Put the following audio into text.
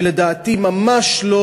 שלדעתי ממש לא,